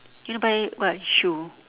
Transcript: you want to buy what shoe